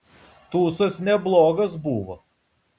tūsas neblogas buvo